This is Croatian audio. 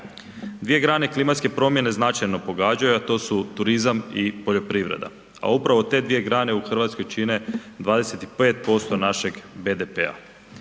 Dvije grane klimatske promjene značajno pogađaju, a to su turizam i poljoprivreda, a upravo te dvije grane u Hrvatskoj čine 25% našeg BDP-a.